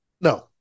No